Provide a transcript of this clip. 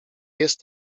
jest